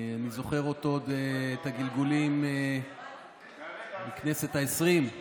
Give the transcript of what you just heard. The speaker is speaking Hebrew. אני זוכר עוד את הגלגולים בכנסת העשרים,